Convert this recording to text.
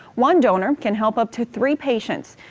one donor can help up to three patients.